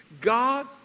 God